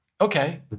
Okay